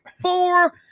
Four